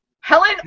Helen